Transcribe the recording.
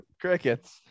crickets